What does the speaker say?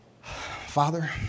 Father